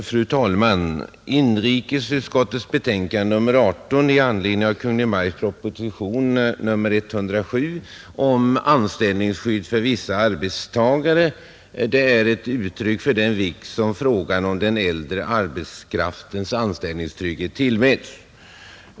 Fru talman! Inrikesutskottets betänkande nr 18 i anledning av Kungl. Maj:ts proposition nr 107 om anställningsskydd för vissa arbetstagare är ett uttryck för den vikt som frågan om den äldre arbetskraftens anställningstrygghet tillmäts.